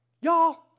Y'all